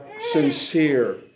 sincere